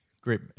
Great